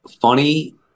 Funny